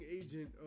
agent